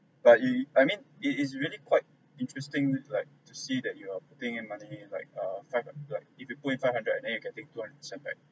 but you you I mean it is really quite interesting like to see that you are putting in money like err five like five like if you put in five hundred and then you can take two hun~ percent back